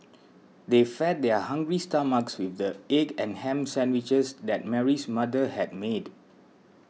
they fed their hungry stomachs with the egg and ham sandwiches that Mary's mother had made